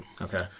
okay